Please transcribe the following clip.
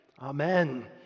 Amen